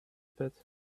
pit